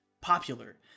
popular